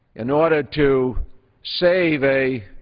in order to save a